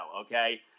Okay